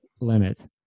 limit